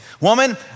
Woman